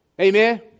Amen